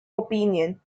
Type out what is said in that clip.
opinion